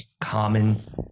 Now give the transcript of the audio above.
common